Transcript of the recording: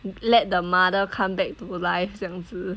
let the mother come back to life 这样子